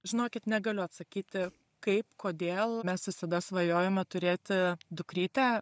žinokit negaliu atsakyti kaip kodėl mes visada svajojome turėti dukrytę